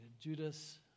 Judas